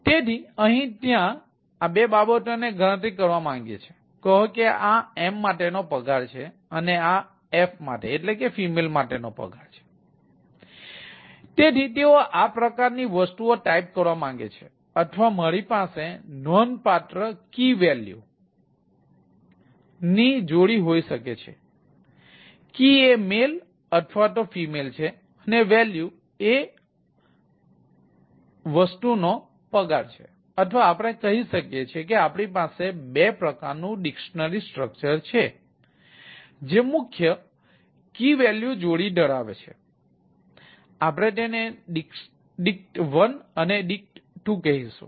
તેથી અહીં ત્યાં આ બે બાબતોની ગણતરી કરવા માંગીએ છીએ કહો કે આ M માટેનો પગાર છે અને આ F માટે નો પગાર છે તેથી તેઓ આ પ્રકારની વસ્તુઓ ટાઇપ કરવા માંગે છે અથવા મારી પાસે નોંધપાત્ર કી વૅલ્યુ જોડી ધરાવે છે આપણે તેને dict 1 dict 2 કહીશું